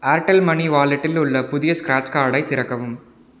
Airtel money வாலெட்டில் உள்ள புதிய ஸ்க்ராட்ச் கார்டை திறக்கவும்